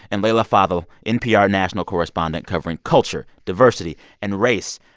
and leila fadel, npr national correspondent covering culture, diversity and race.